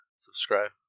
Subscribe